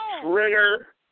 trigger